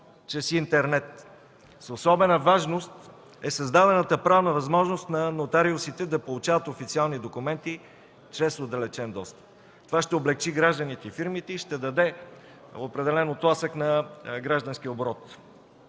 чрез интернет. С особена важност е създадената правна възможност на нотариусите да получават официални документи чрез отдалечен достъп. Това ще облекчи гражданите и фирмите, определено ще даде тласък на гражданския оборот.